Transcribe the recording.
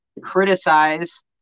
criticize